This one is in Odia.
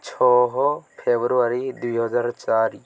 ଛଅ ଫେବୃଆରୀ ଦୁଇ ହଜାର ଚାରି